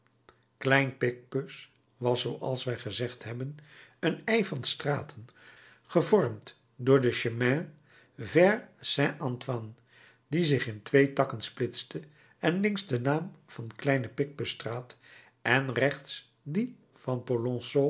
klein picpus was zooals wij gezegd hebben een y van straten gevormd door den chemin vert saint antoine die zich in twee takken splitste en links den naam van kleine picpusstraat en rechts dien van